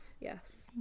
yes